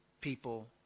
people